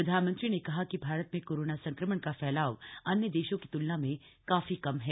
प्रधानमंत्री ने कहा कि भारत में कोरोना संक्रमण का फैलाव अन्य देशों की तूलना में काफी कम है